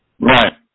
Right